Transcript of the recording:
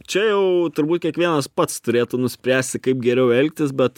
čia jau turbūt kiekvienas pats turėtų nuspręsti kaip geriau elgtis bet